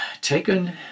taken